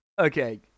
Okay